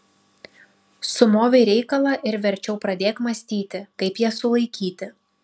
sumovei reikalą ir verčiau pradėk mąstyti kaip ją sulaikyti